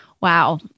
Wow